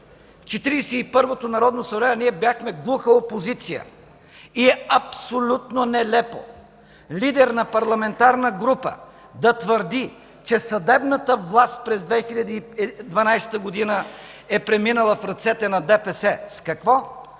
първото народно събрание ние бяхме глуха опозиция и е абсолютно нелепо лидер на парламентарна група да твърди, че съдебната власт през 2012 г. е преминала в ръцете на ДПС. С какво